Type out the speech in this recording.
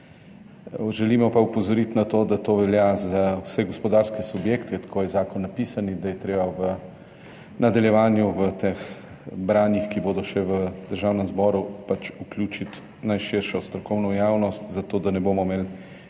želimo pa opozoriti na to, da to velja za vse gospodarske subjekte, tako je zakon napisan, in da je treba v nadaljevanju v ta branja, ki bodo še v Državnem zboru, vključiti najširšo strokovno javnost, zato da ne bomo imeli